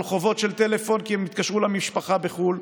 חובות של טלפון כי הם התקשרו למשפחה בחו"ל,